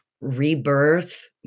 rebirth